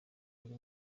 uri